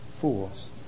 fools